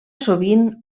sovint